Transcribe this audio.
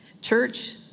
Church